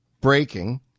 Breaking